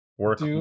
Work